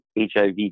HIV